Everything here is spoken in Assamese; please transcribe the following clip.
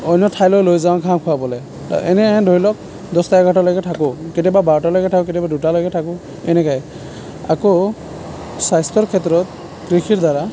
অন্য ঠাইলৈ লৈ যাওঁ ঘাঁহ খোৱাবলৈ এনেকৈ ধৰি লওক দহটা এঘাৰলৈকে থাকোঁ কেতিয়াবা বাৰটলৈকে থাকোঁ কেতিয়াবা দুটালৈকে থাকোঁ এনেকৈ আকৌ স্বাস্থ্যৰ ক্ষেত্ৰত কৃষিৰদ্বাৰা